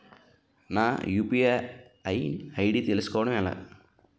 నా UPI ID ని తెలుసుకోవడం ఎలా?